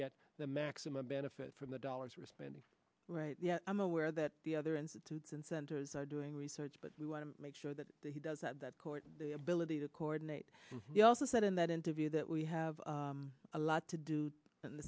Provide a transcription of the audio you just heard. get the maximum benefit from the dollars we're spending right i'm aware that the other institutes and centers are doing research but we want to make sure that he does that that court the ability to coordinate the also said in that interview that we have a lot to do and the